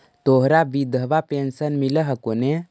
तोहरा विधवा पेन्शन मिलहको ने?